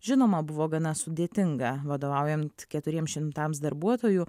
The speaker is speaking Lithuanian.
žinoma buvo gana sudėtinga vadovaujant keturiems šimtams darbuotojų